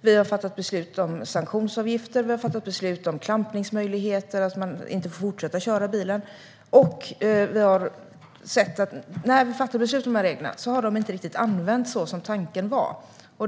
Vi har fattat beslut om sanktionsavgifter. Vi har fattat beslut om klampningsmöjligheter, alltså att man inte får fortsätta köra bilen. När vi fattat beslut om regler har vi sett att de inte riktigt har använts som tanken var.